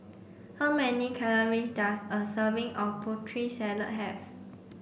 how many calories does a serving of Putri Salad have